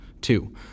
two